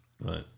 Right